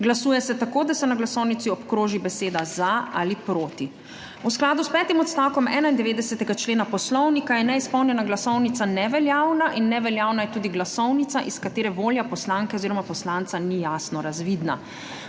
Glasuje se tako, da se na glasovnici obkroži beseda za ali proti. V skladu s petim odstavkom 91. člena Poslovnika je neizpolnjena glasovnica neveljavna, neveljavna je tudi glasovnica, iz katere volja poslanke oziroma poslanca ni jasno razvidna.